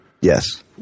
Yes